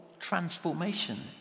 transformation